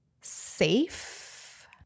safe